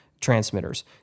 transmitters